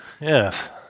yes